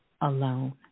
alone